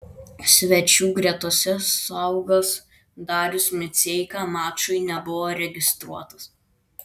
svečių gretose saugas darius miceika mačui nebuvo registruotas